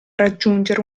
raggiungere